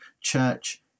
Church